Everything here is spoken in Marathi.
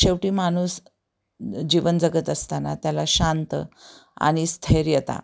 शेवटी माणूस जीवन जगत असताना त्याला शांत आणि स्थैर्यता